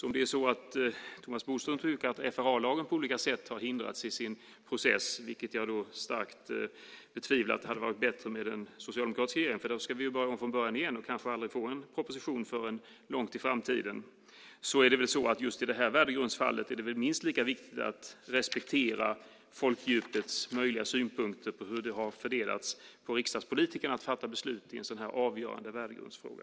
Om Thomas Bodström tycker att FRA-lagen på olika sätt har hindrats i sin process - jag betvivlar starkt att det hade varit bättre med en socialdemokratisk regering, för då skulle vi börja om från början igen och kanske inte få en proposition förrän långt i framtiden - är det väl minst lika viktigt att respektera folkdjupets möjliga synpunkter på hur riksdagspolitikerna fattar beslut i en så här avgörande värdegrundsfråga.